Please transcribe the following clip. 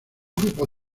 grupo